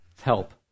help